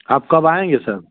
आप कब आएँगे सर